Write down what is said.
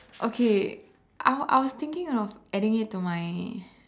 okay I I was thinking of adding it to my